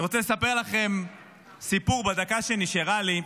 אני רוצה לספר לכם סיפור בדקה שנשארה לי.